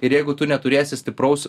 ir jeigu tu neturėsi stipraus